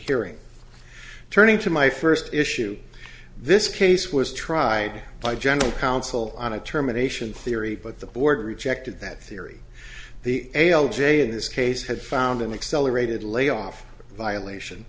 rehearing turning to my first issue this case was tried by general counsel on a terminations theory but the board rejected that theory the ael j in this case had found an excel aerated layoff violation